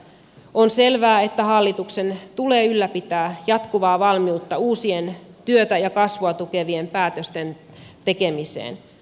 on selvää että hallituksen tulee ylläpitää jatkuvaa valmiutta uusien työtä ja kasvua tukevien päätösten tekemiseen